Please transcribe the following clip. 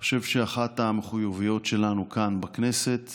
אני חושב שאחת המחויבויות שלנו כאן בכנסת